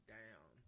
down